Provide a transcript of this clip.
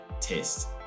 test